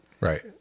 right